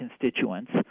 constituents